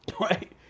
right